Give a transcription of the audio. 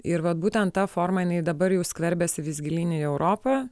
ir vat būtent ta forma jinai dabar jau skverbiasi vis gilyn į europą